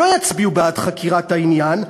לא יצביעו בעד חקירת העניין,